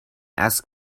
asked